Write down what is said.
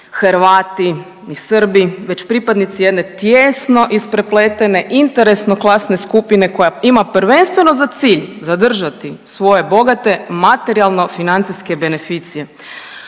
Hrvati ni Srbi već pripadnici jedne tijesno isprepletene interesno klasne skupine koja ima prvenstveno za cilj zadržati svoje bogate materijalno financijske beneficije.